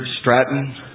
Stratton